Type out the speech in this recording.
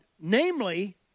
namely